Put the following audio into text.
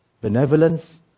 benevolence